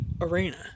arena